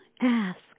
ask